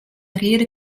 reade